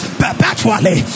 perpetually